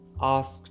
asked